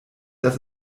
dass